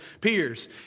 peers